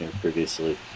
previously